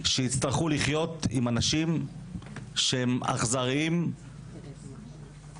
שיצטרכו לחיות עם אנשים שהם אכזריים ונוראים.